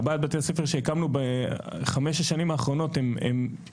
ארבעת בתי הספר שהקמנו בחמש-שש שנים האחרונות הם חידוש,